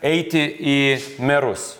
eiti į merus